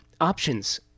Options